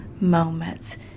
moments